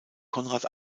konrad